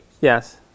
Yes